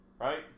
Right